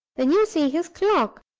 when you see his clock.